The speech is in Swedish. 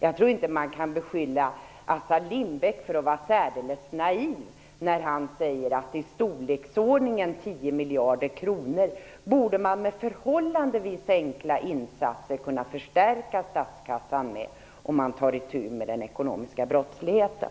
Jag tror inte att man kan beskylla Assar Lindbeck för att vara särdeles naiv när han säger att man med förhållandevis enkla insatser borde kunna förstärka statskassan med i storleksordningen 10 miljarder kronor om man tar itu med den ekonomiska brottsligheten.